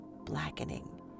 blackening